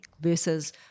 versus